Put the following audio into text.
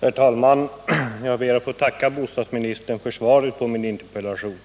Herr talman! Jag ber att få tacka bostadsministern för svaret på min interpellation.